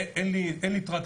אין לי טרקטורים,